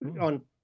on